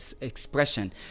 expression